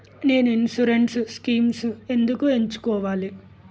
నేను insurance schemes ఎందుకు ఎంచుకోవాలి?